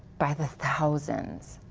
by the thousands,